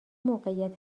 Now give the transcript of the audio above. موقعیت